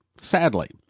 Sadly